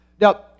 Now